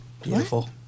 Beautiful